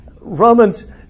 Romans